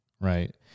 right